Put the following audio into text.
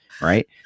right